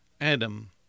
Adam